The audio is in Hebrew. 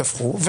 שתפחו,